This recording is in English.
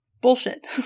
bullshit